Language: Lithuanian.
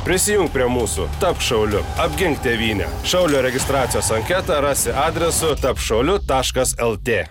prisijunk prie mūsų tapk šauliu apgink tėvynę šaulio registracijos anketą rasi adresu tapk šauliu taškas el tė